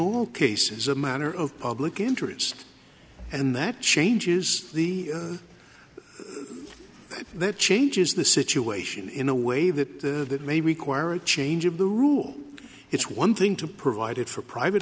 all cases a matter of public interest and that changes the that changes the situation in a way that that may require a change of the rule it's one thing to provide it for private